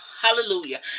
Hallelujah